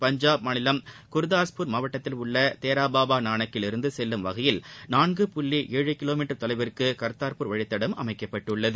பஞ்சாப் மாநிலம் குர்தாஸ்பூர் மாவட்டத்தில் உள்ள தேரா பாபா நானக்கில் இருந்து செல்லும் வகையில் நான்கு புள்ளி ஏழு கிலோ மீட்டர் தொலைவிற்கு காதாாபூர் வழித்தடம் அமைக்கப்பட்டுள்ளது